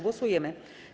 Głosujemy.